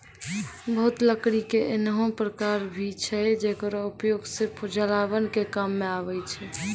बहुत लकड़ी के ऐन्हों प्रकार भी छै जेकरो उपयोग सिर्फ जलावन के काम मॅ आवै छै